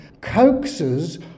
coaxes